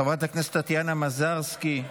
חברת הכנסת טטיאנה מזרסקי,